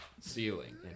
ceiling